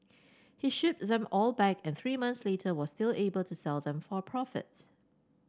he shipped them all back and three months later was still able to sell them for a profits